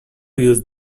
use